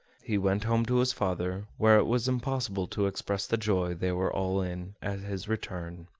he went home to his father, where it was impossible to express the joy they were all in at his return.